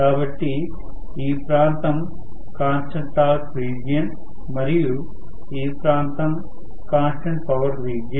కాబట్టి ఈ ప్రాంతం కాన్స్టెంట్ టార్క్ రీజియన్ మరియు ఈ ప్రాంతం కాన్స్టెంట్ పవర్ రీజియన్